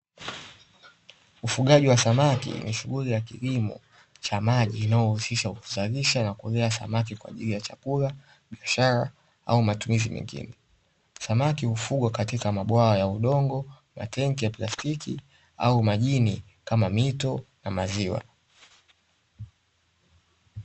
Ufugaji wa samaki ni shughuli ya kilimo cha maji inayohusisha kuzalisha na kulea samaki kwaajili chakula biashara au matumizi mengine. Samaki hufugwa katika mabwawa ya udongo, matenki ya plastiki au majini kama mito na maziwa.